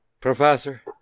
Professor